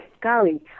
Golly